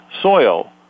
soil